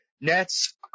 Nets